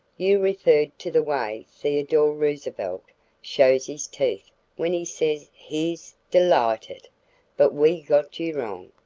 you referred to the way theodore roosevelt shows his teeth when he says he's dee-light-ed but we got you wrong.